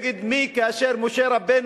וכאשר משה רבנו